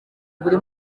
buri